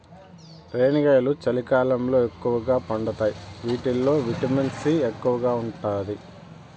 రేణిగాయాలు చలికాలంలో ఎక్కువగా పండుతాయి వీటిల్లో విటమిన్ సి ఎక్కువగా ఉంటాది